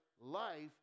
life